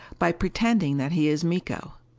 by pretending that he is miko.